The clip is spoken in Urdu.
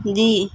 جی